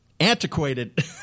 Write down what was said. antiquated